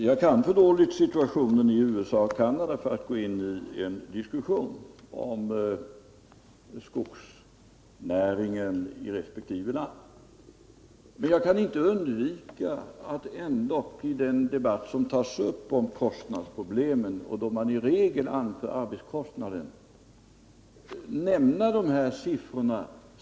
Herr talman! Jag känner till situationen i USA och Canada för dåligt för att gå in i en diskussion om skogsnäringen i resp. land. Men jag kan inte undvika att i den debatt som tas upp om kostnadsproblemen, då man i regel anför arbetskostnaden, nämna de här siffrorna.